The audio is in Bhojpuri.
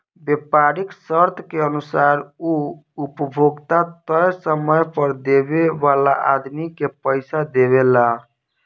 व्यापारीक शर्त के अनुसार उ उपभोक्ता तय समय पर देवे वाला आदमी के पइसा देवेला